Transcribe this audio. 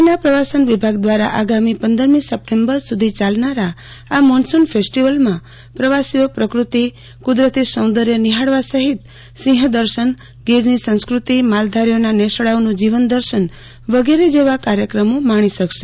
રાજયના પ્રવાસન વિભાગ દ્વારા આગામી પંદરમી સપ્ટેમ્બર સુધી ચાલનારા આ મોન્સુન ફેસ્ટીવલમાં પ્રવાસીઓ પ્રકૃતિ કુદરતી સૌદર્ય નિહાળવા સહિત સિંહ દર્શન ગીરની સંસ્ક્રતિ માલધારીઓના નેસડાનું જીવન દર્શન વગેરે જેવા કાર્યક્રમો માણી શકશે